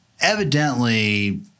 evidently